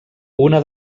una